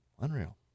Unreal